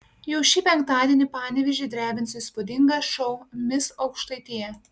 jau šį penktadienį panevėžį drebins įspūdingas šou mis aukštaitija